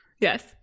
yes